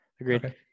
Agreed